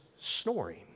snoring